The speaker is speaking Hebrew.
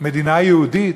מדינה יהודית,